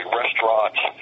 restaurants